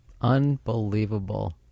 Unbelievable